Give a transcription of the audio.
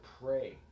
pray